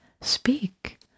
speak